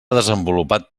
desenvolupat